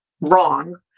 wrong